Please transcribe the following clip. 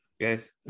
Guys